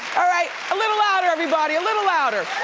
all right, a little louder, everybody, a little louder.